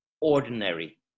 ordinary